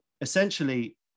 essentially